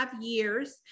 years